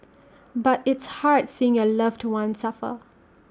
but it's hard seeing your loved one suffer